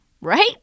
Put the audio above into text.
right